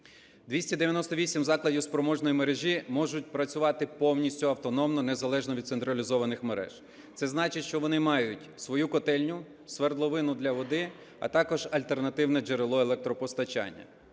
298 закладів спроможної мережі можуть працювати повністю автономно незалежно від централізованих мереж. Це значить, що вони мають свою котельну, свердловину для води, а також альтернативне джерело електропостачання.